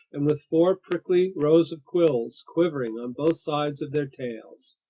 and with four prickly rows of quills quivering on both sides of their tails.